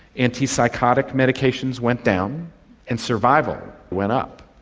antipsychotic medications went down and survival went up.